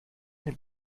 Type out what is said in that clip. den